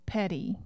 Petty